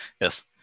yes